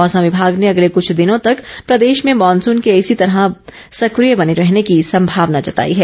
मौसम विभाग ने अगले कुछ दिनों तक प्रदेश में मॉनसून के इसी तरह सक्रिय बने रहने की संभावना जताई है